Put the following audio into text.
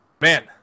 Man